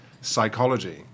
psychology